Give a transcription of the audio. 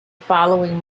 following